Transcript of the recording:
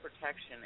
protection